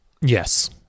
Yes